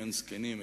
אין זקנים,